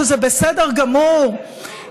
שזה בסדר גמור,